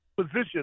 position